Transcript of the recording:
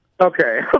Okay